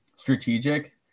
strategic